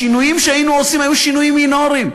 השינויים שהיינו עושים היו שינויים מינוריים.